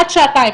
עד שעתיים,